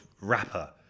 rapper